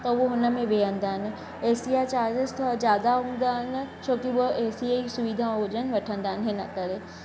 त उहो हुनमें वेहंदा आहिनि एसी जा चार्जिस थोरा ज्यादा हूंदा आहिनि छोकी हूअ एसीअ जी सुविधा हुजन वठंदा आहिनि हिन करे